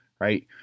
right